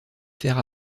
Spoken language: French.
faire